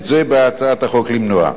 את זה באה הצעת החוק למנוע.